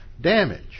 damage